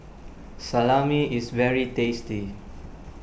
Salami is very tasty